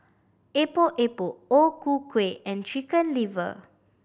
Epok Epok O Ku Kueh and Chicken Liver